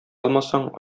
алмасаң